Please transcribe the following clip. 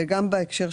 גיס,